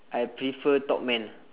I prefer topman